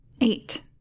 Eight